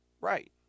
Right